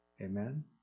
Amen